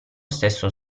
stesso